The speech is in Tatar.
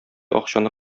акчаны